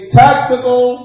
tactical